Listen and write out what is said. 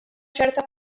ċerta